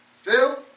Phil